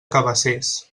cabacés